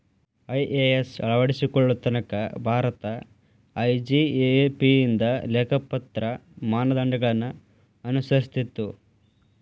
IAS ಅಳವಡಿಸಿಕೊಳ್ಳೊ ತನಕಾ Bharat IGAAP ಇಂದ ಲೆಕ್ಕಪತ್ರ ಮಾನದಂಡಗಳನ್ನ ಅನುಸರಿಸ್ತಿತ್ತು